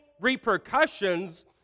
repercussions